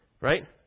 Right